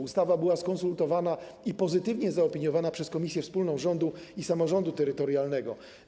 Ustawa była skonsultowana i pozytywnie zaopiniowana przez Komisję Wspólną Rządu i Samorządu Terytorialnego.